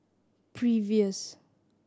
previous